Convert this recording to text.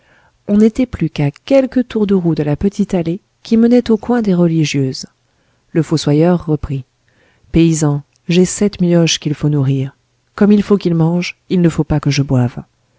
on n'était plus qu'à quelques tours de roue de la petite allée qui menait au coin des religieuses le fossoyeur reprit paysan j'ai sept mioches qu'il faut nourrir comme il faut qu'ils mangent il ne faut pas que je boive